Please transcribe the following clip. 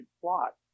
plot